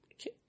Okay